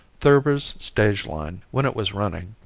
thurber's stage line, when it was running,